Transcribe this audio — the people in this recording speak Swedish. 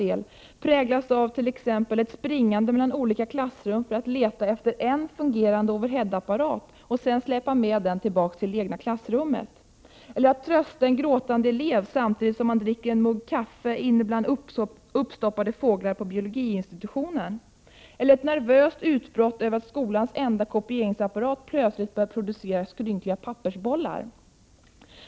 Det är resursslöseri när lärarna får springa mellan olika klassrum för att leta efter en fungerande overhead-apparat och sedan släpa med den till det egna klassrummet, när de får trösta en gråtande elev samtidigt som de dricker en mugg kaffe bland uppstoppade fåglar på biologiinstitutionen och när de får ett nervöst utbrott över att skolans enda fungerande kopieringsapparat plötsligt börjat producera skrynkliga pappersbollar.